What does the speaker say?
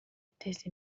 guteza